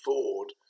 Ford